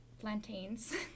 plantains